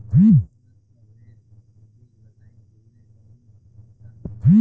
उन्नत प्रभेद के बीज बताई जेसे कौनो नुकसान न होखे?